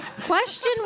Question